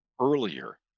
earlier